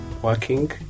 working